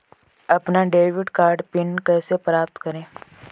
अपना debit card PIN कैसे प्राप्त करें?